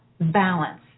balance